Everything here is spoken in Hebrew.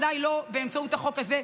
אבל בוודאי לא באמצעות החוק הזה.